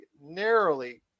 narrowly